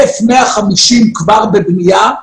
1,150 כבר בבנייה.